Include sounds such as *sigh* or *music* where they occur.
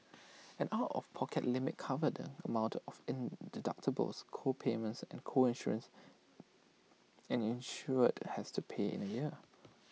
an out of pocket limit covered the amount of in deductibles co payments and co insurance *noise* an insured has to pay in A year